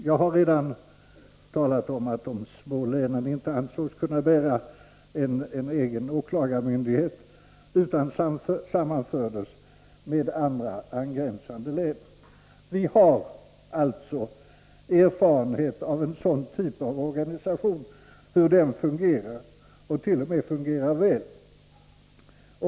Jag har redan talat om att de små länen inte ansågs kunna bära upp en egen länsåklagarmyndighet utan sammanfördes med andra, angränsande län. Vi har alltså erfarenhet av att en sådan typ av organisation fungerar, ocht.o.m. fungerar väl.